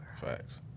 Facts